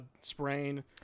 sprain